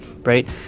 right